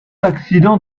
accident